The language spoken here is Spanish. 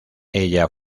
ella